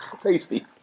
tasty